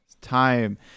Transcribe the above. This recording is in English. time